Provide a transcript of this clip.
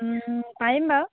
পাৰিম বাৰু